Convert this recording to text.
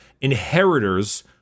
inheritors